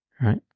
Right